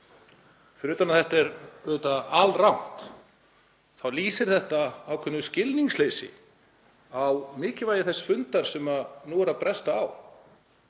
Fyrir utan að þetta er auðvitað alrangt þá lýsir þetta ákveðnu skilningsleysi á mikilvægi þess fundar sem nú er að bresta á.